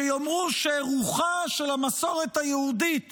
שיאמרו שרוחה של המסורת היהודית